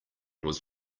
was